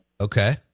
Okay